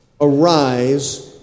Arise